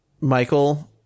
Michael